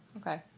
Okay